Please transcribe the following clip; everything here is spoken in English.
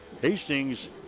Hastings